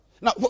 Now